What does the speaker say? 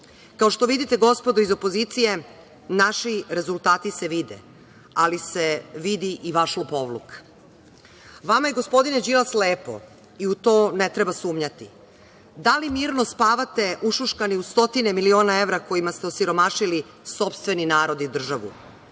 što vidite gospodo iz opozicije, naši rezultati se vide, ali se vidi i vaš lopovluk. Vama je gospodine Đilas lepo i u to ne treba sumnjati. Da li mirno spavate ušuškani u stotine miliona evra kojima ste osiromašili sopstveni narod i državu